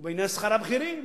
או בעניין שכר הבכירים.